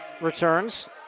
returns